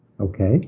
Okay